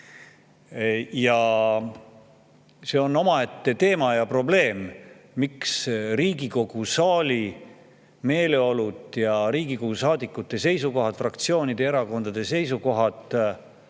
See on omaette teema ja probleem, miks Riigikogu saali meeleolud ja Riigikogu saadikute seisukohad, fraktsioonide ja erakondade seisukohad